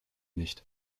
nicht